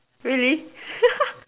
really